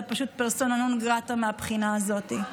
אתה פשוט פרסונה נון גרטה מהבחינה הזאת.